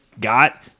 got